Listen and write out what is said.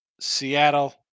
Seattle